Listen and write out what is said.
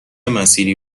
مسیری